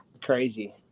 crazy